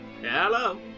Hello